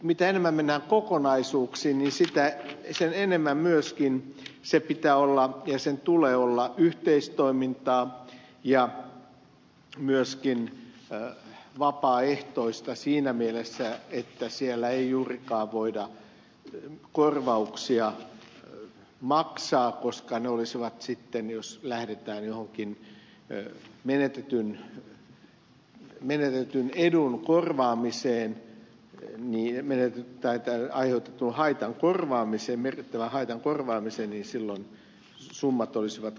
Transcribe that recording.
mitä enemmän mennään kokonaisuuksiin niin sitä enemmän myöskin sen pitää olla ja sen tulee olla yhteistoimintaa ja myöskin vapaaehtoista siinä mielessä että siellä ei juurikaan voida korvauksia maksaa koska ne summat olisivat sitten jos lähdetään johonkin menetetyn edun korvaamiseen tai aiheutetun haitan korvaamiseen merkittävän haitan korvaamiseen kohtuuttomia